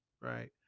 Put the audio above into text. right